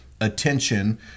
attention